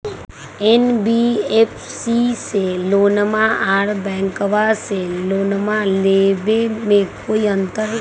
NBFC से लोनमा आर बैंकबा से लोनमा ले बे में कोइ अंतर?